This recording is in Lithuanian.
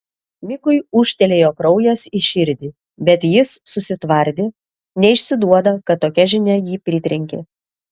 mikui ūžtelėjo kraujas į širdį bet jis susitvardė neišsiduoda kad tokia žinia jį pritrenkė